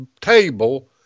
table